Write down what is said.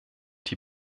die